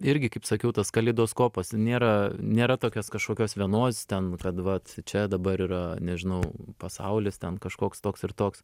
irgi kaip sakiau tas kaleidoskopas nėra nėra tokios kažkokios vienos ten kad vat čia dabar yra nežinau pasaulis ten kažkoks toks ir toks